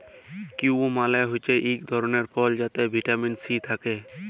kiwi মালে হছে ইক ধরলের ফল যাতে ভিটামিল সি থ্যাকে